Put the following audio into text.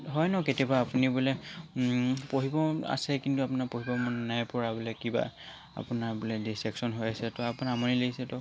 হয় ন কেতিয়াবা আপুনি বোলে পঢ়িব আছে কিন্তু আপোনাৰ পঢ়িব মন নাই পৰা বোলে কিবা আপোনাৰ বোলে ডিছ্ট্ৰেকশ্য়ন হৈ আছে তো আপোনাৰ আমনি লাগিছে তো